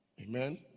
Amen